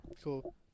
Cool